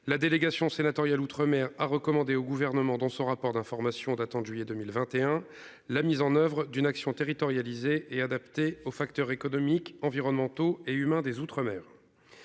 la délégation sénatoriale outre-mer a recommandé au gouvernement dans ce rapport d'information datant de juillet 2021 la mise en oeuvre d'une action territorialisée et adaptée aux facteurs économiques, environnementaux et humains des Outre-mer.